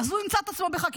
אז הוא ימצא את עצמו בחקירה.